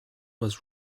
was